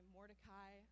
Mordecai